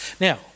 Now